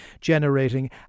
generating